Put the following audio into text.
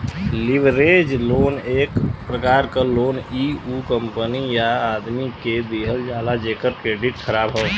leverage loan एक प्रकार क लोन इ उ कंपनी या आदमी के दिहल जाला जेकर क्रेडिट ख़राब हौ